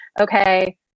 okay